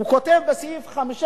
הוא כותב בסעיף 5,